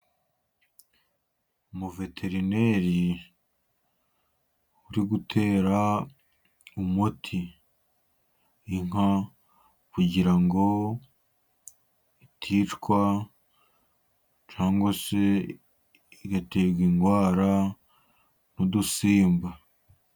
Umuveterineri uri gutera umuti inka, kugira ngo iticwa cyangwa se igaterwa indwara n'udusimba.